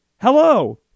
Hello